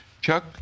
Chuck